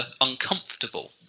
uncomfortable